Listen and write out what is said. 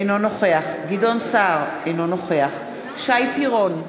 אינו נוכח גדעון סער, אינו נוכח שי פירון,